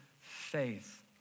faith